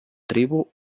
tribu